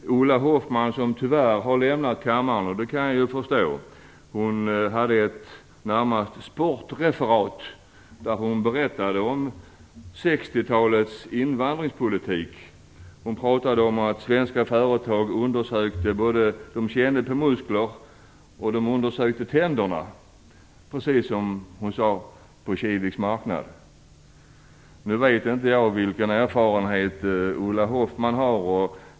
och det kan jag förstå - berättade i något som närmast liknade ett sportreferat om 60-talets invandringspolitik. Hon pratade om att svenska företag kände på muskler och undersökte tänder precis, som hon sade, som på Kiviks marknad. Jag vet inte vilken erfarenhet Ulla Hoffmann har.